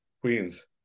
Queens